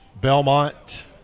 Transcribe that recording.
Belmont